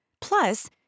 Plus